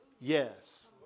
yes